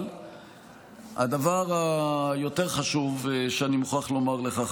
אבל הדבר היותר-חשוב שאני מוכרח לומר לך,